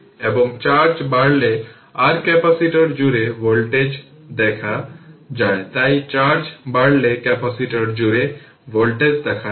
এবং চার্জ বাড়লে r capacitor জুড়ে ভোল্টেজ দেখা যায় তাই চার্জ বাড়লে ক্যাপাসিটর জুড়ে ভোল্টেজ দেখা যায়